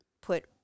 put